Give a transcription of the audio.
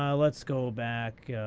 um let's go back.